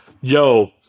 yo